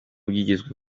byitezwe